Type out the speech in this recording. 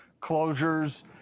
closures